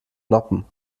noppen